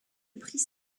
prix